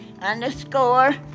Underscore